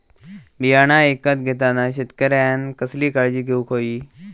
बियाणा ईकत घेताना शेतकऱ्यानं कसली काळजी घेऊक होई?